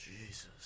Jesus